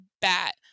bat